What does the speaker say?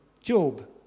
Job